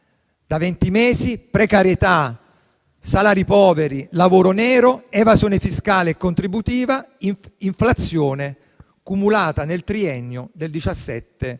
venti mesi; precarietà; salari poveri; lavoro nero; evasione fiscale e contributiva; inflazione cumulata nel triennio del 17,3